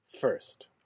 First